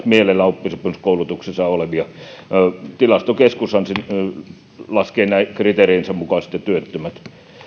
mielellään oppisopimuskoulutuksessa olevia tilastokeskushan laskee työttömät kriteeriensä mukaisesti